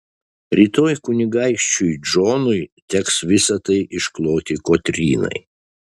rytoj kunigaikščiui džonui teks visa tai iškloti kotrynai